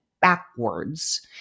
backwards